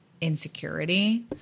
insecurity